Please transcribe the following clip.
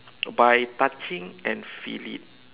by touching and feel it